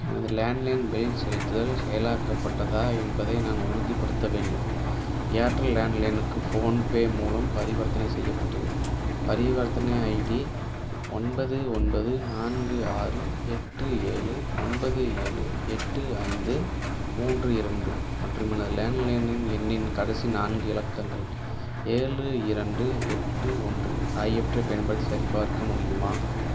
எனது landline bill செலுத்துதல் செயலாக்கப்பட்டதா என்பதை நான் உறுதிப்படுத்த வேண்டும் ஏர்டெல் லேண்ட்லைனுக்கு ஃபோன் பே மூலம் பரிவர்த்தனை செய்யப்பட்டது பரிவர்த்தனை ஐடி ஒன்பது ஒன்பது நான்கு ஆறு எட்டு ஏழு ஒன்பது ஏழு எட்டு ஐந்து மூன்று இரண்டு மற்றும் எனது லேண்ட்லைனின் எண்ணின் கடைசி நான்கு இலக்கங்கள் ஏழு இரண்டு எட்டு ஒன்று ஆகியவற்றை பயன்படுத்தி சரி பார்க்க முடியுமா